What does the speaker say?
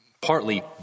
partly